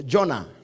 Jonah